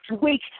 week